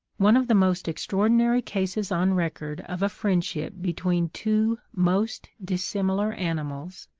one of the most extraordinary cases on record of a friendship between two most dissimilar animals,